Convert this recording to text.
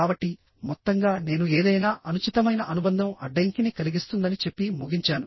కాబట్టి మొత్తంగా నేను ఏదైనా అనుచితమైన అనుబంధం అడ్డంకిని కలిగిస్తుందని చెప్పి ముగించాను